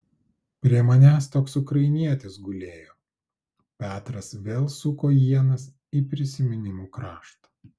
prie manęs toks ukrainietis gulėjo petras vėl suko ienas į prisiminimų kraštą